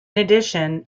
addition